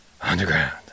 Underground